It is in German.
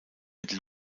mit